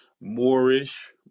Moorish